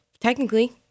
technically